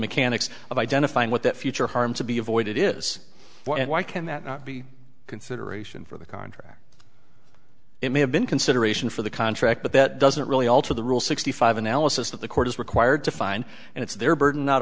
mechanics of identifying what that future harm to be avoided is why can that not be a consideration for the contract it may have been consideration for the contract but that doesn't really alter the rule sixty five analysis that the court is required to find and it's their burden